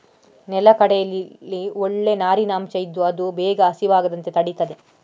ನೆಲಗಡಲೆಯಲ್ಲಿ ಒಳ್ಳೇ ನಾರಿನ ಅಂಶ ಇದ್ದು ಅದು ಬೇಗ ಹಸಿವಾಗದಂತೆ ತಡೀತದೆ